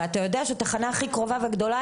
ואתה יודע שהתחנה הכי קרובה והכי גדולה